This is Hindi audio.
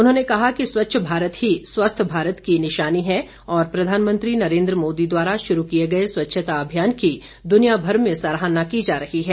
उन्होंने कहा कि स्वच्छ भारत ही स्वस्थ भारत की निशानी है और प्रधानमंत्री नरेन्द्र मोदी द्वारा शुरू किए गए स्वच्छता अभियान की दुनियाभर में सराहना की जा रही है